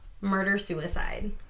murder-suicide